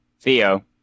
Theo